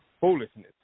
foolishness